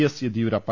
S Yediyurappa